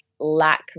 lack